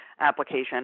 application